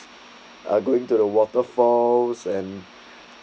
or going to the waterfalls and